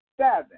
Seven